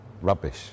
rubbish